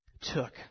took